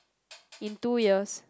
in two years